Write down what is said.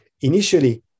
Initially